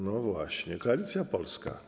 No właśnie - Koalicja Polska.